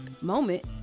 moment